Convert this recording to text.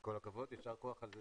כל הכבוד, יישר כוח על זה.